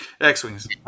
X-Wings